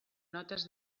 notes